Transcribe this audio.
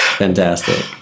fantastic